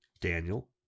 Daniel